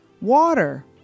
Water